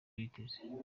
witeze